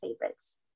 favorites